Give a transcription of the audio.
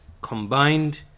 combined